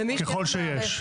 ככל שיש.